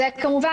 כמובן,